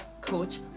coach